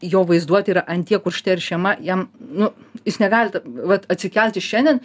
jo vaizduotė yra ant tiek užteršiama jam nu jis negali ta vat atsikelti šiandien